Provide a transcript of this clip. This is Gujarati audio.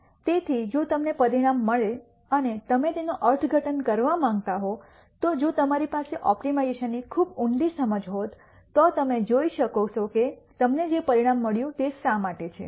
તેથી જો તમને પરિણામ મળે અને તમે તેનો અર્થઘટન કરવા માંગતા હો તો જો તમારી પાસે ઓપ્ટિમાઇઝેશનની ખૂબ ઊંડી સમજ હોત તો તમે જોઈ શકશો કે તમને જે પરિણામ મળ્યું તે શા માટે છે